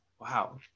Wow